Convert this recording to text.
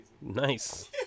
nice